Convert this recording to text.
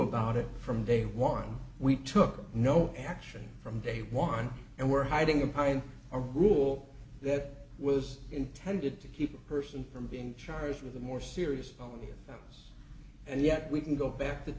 about it from day one we took no action from day one and were hiding a pine a rule that was intended to keep a person from being charged with a more serious and yet we can go back to